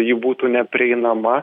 ji būtų neprieinama